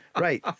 Right